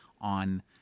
on